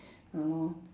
!hannor!